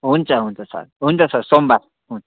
हुन्छ हुन्छ सर हुन्छ सर सोमवार